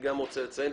חשוב.